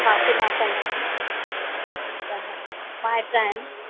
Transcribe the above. हा सुञातल आहिनि त त माइट आहिनि